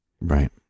Right